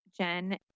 Jen